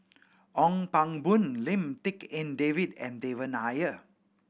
Ong Pang Boon Lim Tik En David and Devan Nair